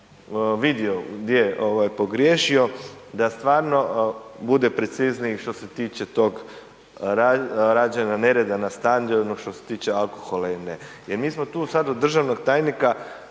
vidio gdje je pogriješio da stvarno bude precizniji što se tiče tog rađenja nereda na stadionu što se tiče alkohola ili ne, jer mi smo tu sad od državnog tajnika